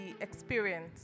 experience